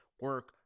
Work